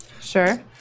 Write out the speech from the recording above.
Sure